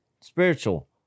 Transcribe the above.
spiritual